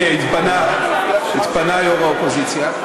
הנה, התפנה יושב-ראש האופוזיציה.